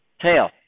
Tail